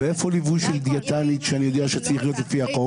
ואיפה ליווי של דיאטנית שצריך להיות לפי החוק?